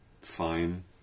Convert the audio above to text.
fine